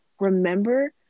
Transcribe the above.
Remember